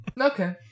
Okay